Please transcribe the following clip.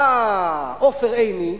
בא עופר עיני,